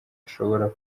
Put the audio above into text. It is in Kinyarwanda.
ashobora